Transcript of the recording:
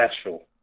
special